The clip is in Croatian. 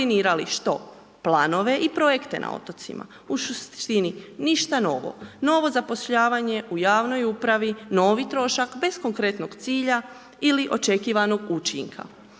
što planove i projekte na otocima, u suštini ništa novo, novo zapošljavanje u javnoj upravi, novi trošak bez konkretnog cilja ili očekivanog učinka.